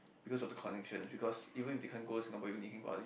because of the connection because even if they can't go Singapore uni they can go other uni